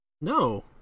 No